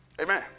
Amen